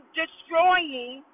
destroying